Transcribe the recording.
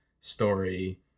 story